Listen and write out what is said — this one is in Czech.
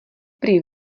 prý